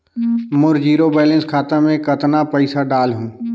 मोर zero balance खाता मे कतना पइसा डाल हूं?